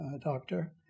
doctor